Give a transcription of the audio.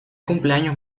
cumpleaños